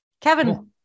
Kevin